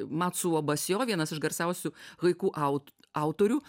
matsua basio vienas iš garsiausių vaikų aut autorių